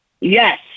Yes